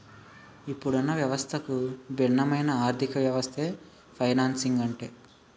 ఇప్పుడున్న వ్యవస్థకు భిన్నమైన ఆర్థికవ్యవస్థే ఫైనాన్సింగ్ అంటే